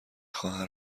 خواهر